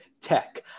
tech